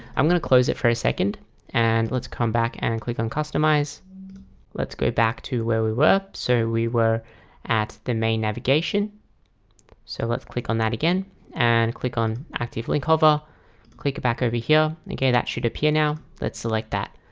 i'm gonna close it for a second and let's come back and and click on customize let's go back to where we were so we were at the main navigation so let's click on that again and click on active link over click it back over here. and ok, that should appear now let's select that.